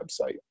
website